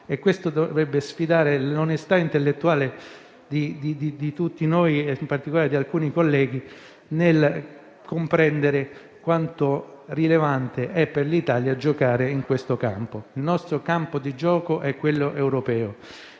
Questo dovrebbe sfidare l'onestà intellettuale di tutti noi e, in particolare, di alcuni colleghi e comprendere quanto rilevante sia per l'Italia giocare in questo campo. Il nostro campo di gioco è quello europeo